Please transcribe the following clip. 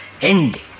ending